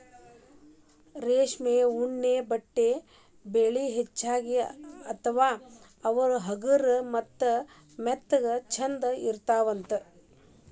cashmere ಉಣ್ಣೆ ಬಟ್ಟೆಗೆ ಬೆಲಿ ಹೆಚಗಿ ಅಂತಾ ಅವ ಹಗರ ಮತ್ತ ಮೆತ್ತಗ ಚಂದ ಇರತಾವಂತ